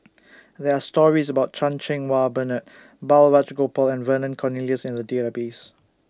There Are stories about Chan Cheng Wah Bernard Balraj Gopal and Vernon Cornelius in The Database